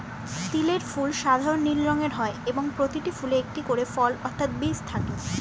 তিলের ফুল সাধারণ নীল রঙের হয় এবং প্রতিটি ফুলে একটি করে ফল অর্থাৎ বীজ থাকে